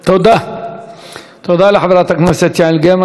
תודה לחברת הכנסת יעל גרמן.